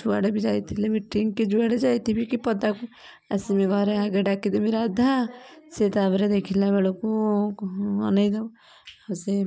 ଯୁଆଡ଼େ ବି ଯାଇଥିଲେ ମିଟିଂକି ଯୁଆଡ଼େ ଯାଇଥିବି ପଦାକୁ ଆସିବି ଘରେ ଆଗେ ଡାକି ଦେମି ରାଧା ସେ ତା'ପରେ ଦେଖିଲା ବେଳକୁ ଅନେଇ ଦେବ ଓ ସେ